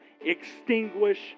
extinguish